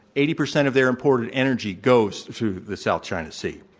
eighty percent of their imported energy goes through the south china sea.